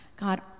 God